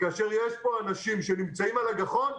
כאשר יש פה אנשים שנמצאים על הגחון,